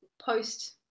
post